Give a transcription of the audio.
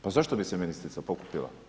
Pa zašto bi se ministrica pokupila?